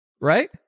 right